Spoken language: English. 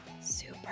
Super